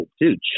dude